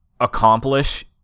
accomplish